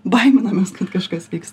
baiminamės kad kažkas vyks